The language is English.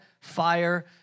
fire